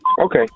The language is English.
Okay